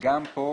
וגם כאן